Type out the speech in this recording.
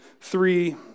three